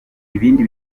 ibindi